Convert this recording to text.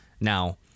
Now